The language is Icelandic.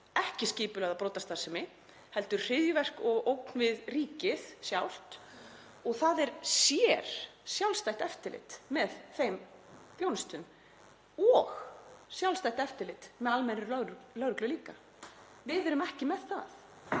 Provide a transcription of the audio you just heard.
ekki skipulagða brotastarfsemi heldur hryðjuverk og ógn við ríkið sjálft og það er sérstakt sjálfstætt eftirlit með þeim stofnunum og líka sjálfstætt eftirlit með almennri lögreglu. Við erum ekki með það.